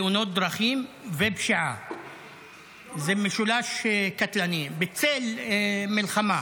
תאונות דרכים ופשיעה זה משולש קטלני, בצל מלחמה.